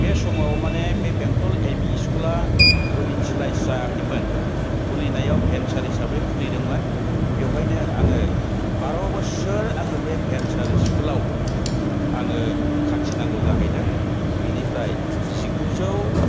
बे समाव माने बे बेंटल एमइ स्कुला प्रभिन्सियेलाइस जायाखैमोन खुलिनायाव भेन्सार हिसाबै खुलिदोंमोन बेवहायनो आङो बार' बोसोर आङो बे भेन्सार स्कुलाव आङो खाथिनांगौ जाहैदों बिनिफ्राय जिगुजौ